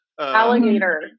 Alligator